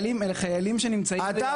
אלה חיילים שנמצאים --- חס וחלילה?